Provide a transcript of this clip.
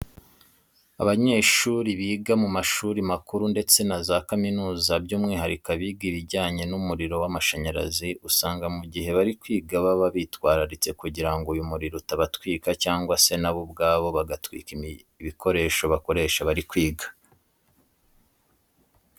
Abanyeshuri biga mu mashuri makuru ndetse na za kaminuza by'umwihariko abiga ibijyanye n'umuriro w'amashanyarazi, usanga mu gihe bari kwiga baba bitwararitse kugira ngo uyu muriro utabatwika cyangwa se na bo ubwabo bagatwika ibikoresho bakoresha bari kwiga.